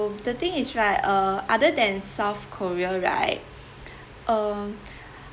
the thing is right uh other than south korea right um